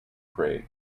craig